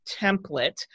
template